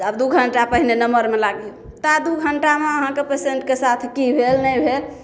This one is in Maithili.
आब दू घंटा पहिने नम्बरमे लागू ता दू घंटामे अहाँके पेसेंटके साथ की भेल नहि भेल